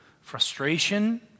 frustration